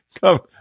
come